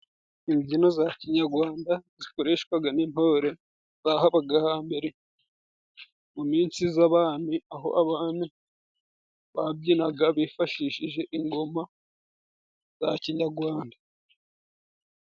Imbyino za kinyarwanda zikoreshwaga n'intore. Zahabaga hambere mu minsi z'abami aho abami, babyinaga bifashishije ingoma za kinyagwanda.